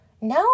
No